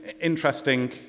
interesting